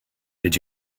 did